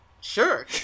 sure